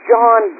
John